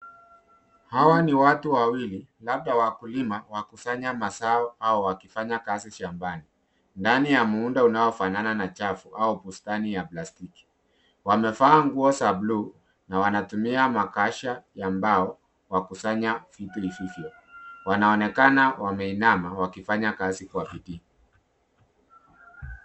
Hawani watu wawili labda wakulima wa kusanya maza au wakifanya kazi shambani ndani ya muundo unaofanana na chafu au bustani ya plastiki, wamevaa nguo za bluu na wanatumia makasha ya mbao kwa kusanya vitu hivyo wanaonekana wameinama wakifanya kazi kwa bidii.